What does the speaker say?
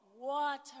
water